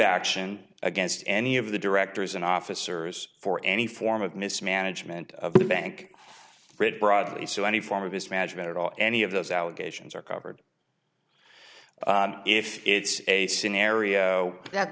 action against any of the directors and officers for any form of mismanagement of the bank pretty broadly so any form of his management or any of those allegations are covered if it's a scenario that